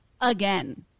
again